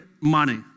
money